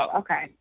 okay